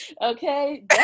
Okay